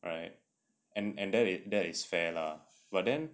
right and and that it that is fair lah but then